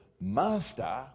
Master